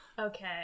Okay